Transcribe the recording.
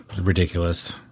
ridiculous